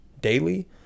Daily